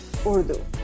Urdu